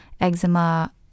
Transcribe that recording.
eczema